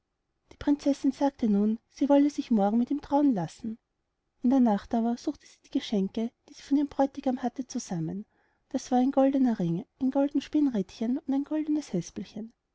die prinzessin sagte nun sie wolle sich morgen mit ihm trauen lassen in der nacht aber suchte sie die geschenke die sie von ihrem bräutigam hatte zusammen das war ein goldener ring ein golden spinnrädchen und ein goldenes